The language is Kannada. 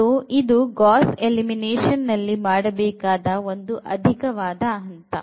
ಮತ್ತು ಇದು ಗಾಸ್ ಎಲಿಮಿನೇಷನ್ ನಲ್ಲಿ ಮಾಡಬೇಕಾದ ಒಂದು ಅಧಿಕವಾದ ಹಂತ